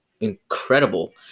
incredible